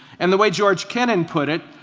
and the way george cannon put it,